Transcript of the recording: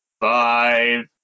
five